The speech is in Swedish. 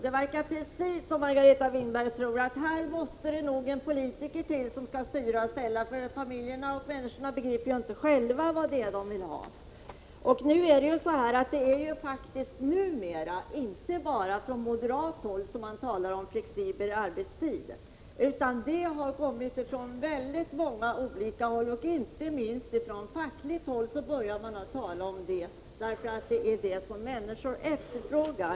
Det verkar 119 som om Margareta Winberg trodde att det här måste till en politiker, som skall styra och ställa — människorna begriper inte själva vad de vill ha. Det är ju faktiskt numera inte bara från moderat håll som man talar om flexibel arbetstid. Det görs från många olika håll; inte minst från fackligt håll börjar man nu tala om det — det är det som människor efterfrågar.